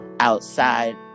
outside